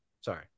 Sorry